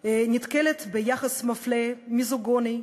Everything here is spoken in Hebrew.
נתקלת ביחס מפלה, מיזוגיני,